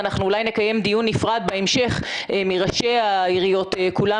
ואנחנו אולי נקיים דיון נפרד בהמשך עם ראשי העיריות כולם,